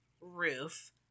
roof